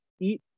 eat